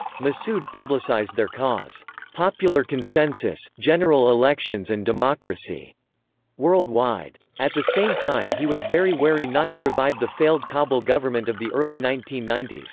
massoud publicized their cause popular consensus, general elections and democracy worldwide. at the same time he was very wary not to revive the failed kabul government of the early nineteen ninety s.